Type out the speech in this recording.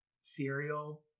cereal